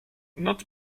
noc